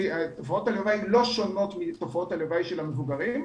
תופעות הלוואי הן לא שונות מתופעות הלוואי של המבוגרים,